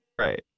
right